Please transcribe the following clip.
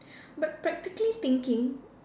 but practically thinking